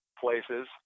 places